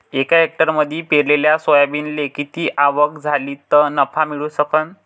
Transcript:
एका हेक्टरमंदी पेरलेल्या सोयाबीनले किती आवक झाली तं नफा मिळू शकन?